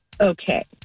Okay